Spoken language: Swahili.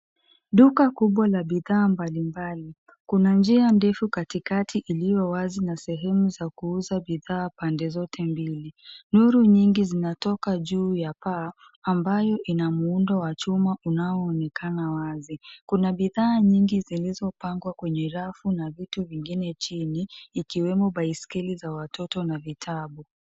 Duka kubwa la bidhaa mbalimbali. Kuna njia ndefu katikati iliyo wazi na sehemu za kuuza bidhaa pande zote mbili. Nuru nyingi zinatoka juu ya paa ambayo ina muundo wa chuma unaoonekana wazi. Kuna bidhaa nyingi zilizopangwa kwenye rafu na vitu vingine chini ikiwemo baisikeli za watoto na vitabu.